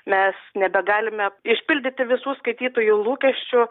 mes nebegalime išpildyti visų skaitytojų lūkesčių